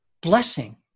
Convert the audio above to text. blessing